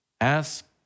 Ask